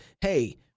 hey